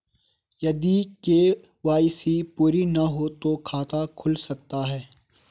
यदि के.वाई.सी पूरी ना हो तो खाता खुल सकता है?